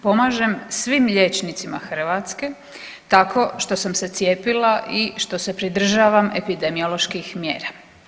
Pomažem svim liječnicima Hrvatske tako što sam se cijepila i što se pridržavam epidemioloških mjera.